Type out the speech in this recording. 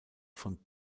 von